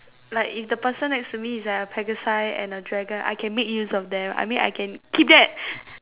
like if the person next to me is a pegasi and dragon I can make use of them I mean I can keep that